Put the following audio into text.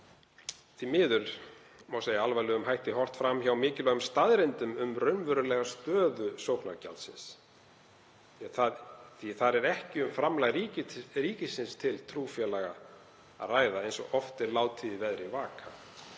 því miður segja að með alvarlegum hætti sé horft fram hjá mikilvægum staðreyndum um raunverulega stöðu sóknargjaldsins. Þar er ekki um framlag ríkisins til trúfélaga að ræða, eins og oft er látið í veðri vaka,